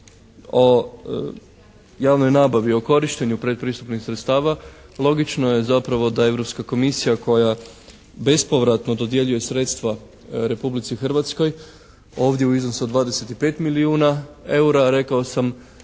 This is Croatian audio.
o javnoj nabavi, o korištenju predpristupnih sredstava logično je zapravo da Europska komisija koja bezpovratno dodjeljuje sredstva Republici Hrvatskoj ovdje u iznosu od 25 milijuna EUR-a, rekao sam